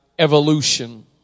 evolution